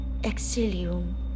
exilium